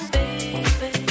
baby